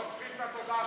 לא צריכים את התודה שלך.